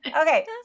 Okay